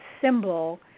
symbol